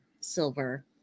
silver